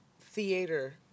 theater